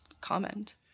comment